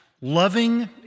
loving